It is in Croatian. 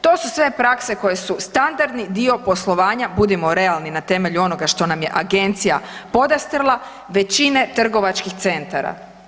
To su sve prakse koje su standardni dio poslovanja, budimo realni na temelju onoga što nam je agencija podastrla većine trgovačkih centara.